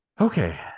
okay